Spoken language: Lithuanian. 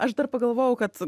aš dar pagalvojau kad